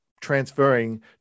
transferring